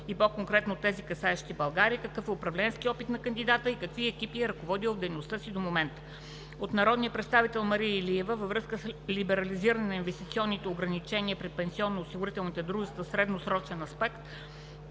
и по-конкретно тези, касаещи България; какъв е управленският опит на кандидата и какви екипи е ръководил в дейността си до момента? - от народния представител Мария Илиева във връзка с либерализиране на инвестиционните ограничения при пенсионно-осигурителните дружества в средносрочен аспект